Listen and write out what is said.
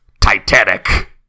Titanic